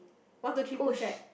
one two three push right